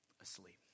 asleep